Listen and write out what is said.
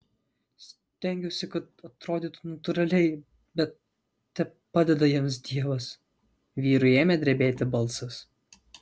stengiausi kad atrodytų natūraliai bet tepadeda jiems dievas vyrui ėmė drebėti balsas